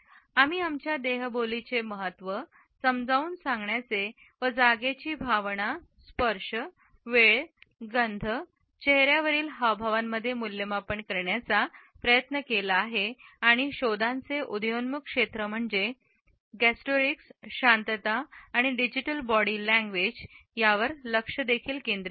आम्ही आमच्या देहबोलीचे महत्त्व समजावून सांगण्याचे व जागेची भावना स्पर्श वेळ गंध चेहर्यावरील हावभावांमध्ये मूल्यमापन करण्याचा प्रयत्न केला आहे आणि शोधांचे उदयोन्मुख क्षेत्र म्हणजे गॅस्टोरिक्स शांतता आणि डिजिटल बॉडी लँग्वेज यावर लक्ष केंद्रित देखील केले